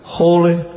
holy